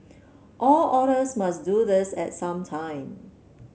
all otters must do this at some time